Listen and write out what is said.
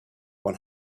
one